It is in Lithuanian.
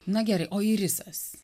na gerai o irisas